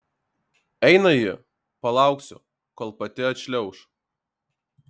eina ji palauksiu kol pati atšliauš